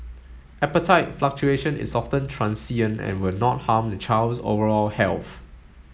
appetite fluctuation is often transient and will not harm the child's overall health